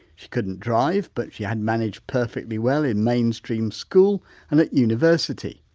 she couldn't drive but she had managed perfectly well in mainstream school and at university.